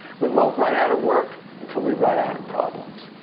we won't run out of work until we run out of problems.